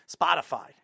Spotify